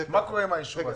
מה קורה עם האישור הזה?